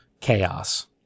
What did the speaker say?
chaos